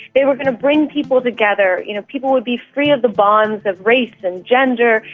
they were going to bring people together, you know, people would be free of the bonds of race and gender.